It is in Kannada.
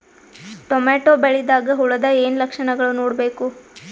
ಟೊಮೇಟೊ ಬೆಳಿದಾಗ್ ಹುಳದ ಏನ್ ಲಕ್ಷಣಗಳು ನೋಡ್ಬೇಕು?